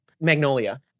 Magnolia